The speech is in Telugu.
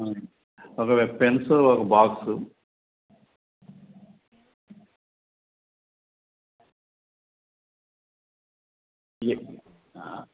ఆ ఒక పెన్స్ ఒక బాక్స్